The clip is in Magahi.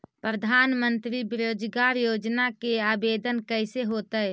प्रधानमंत्री बेरोजगार योजना के आवेदन कैसे होतै?